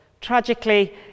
Tragically